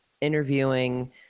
interviewing